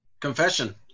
Confession